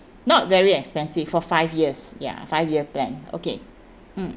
not very expensive for five years ya five year plan okay mm